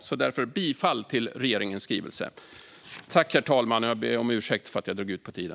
Därför: bifall till regeringens skrivelse.